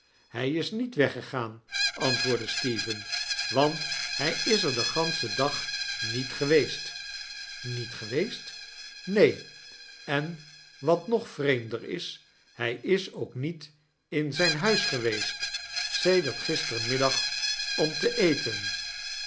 hy is niet weggegaan antwoordde steven want hy is er den ganschen dag niet geweest niet geweest aneen en wat nog vreemder is hij is ook niet in zyn huis geweest sedert gistermiddag om te eten